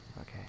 Okay